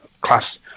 class